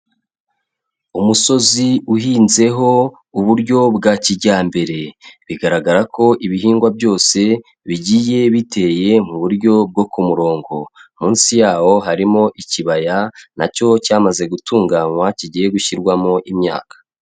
Umusozi uhinzeho uburyo bwa kijyambere. Bigaragara ko ibihingwa byose bigiye biteye mu buryo bwo ku murongo. Munsi yawo harimo ikibaya na cyo cyamaze gutunganywa kigiye gushyirwamo imyaka.